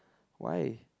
why